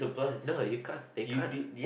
no you can't they can't